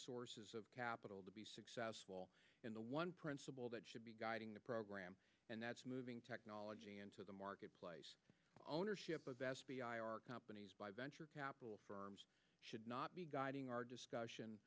sources of capital to be successful in the one principle that should be guiding the program and that's moving technology into the marketplace ownership of companies by venture capital firms should not be guiding our discussion